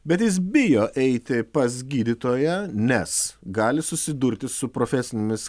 bet jis bijo eiti pas gydytoją nes gali susidurti su profesinėmis